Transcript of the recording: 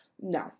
no